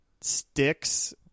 sticks